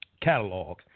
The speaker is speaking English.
catalog